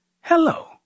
hello